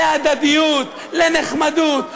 לנחמדות,